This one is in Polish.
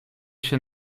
się